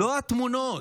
לא התמונות.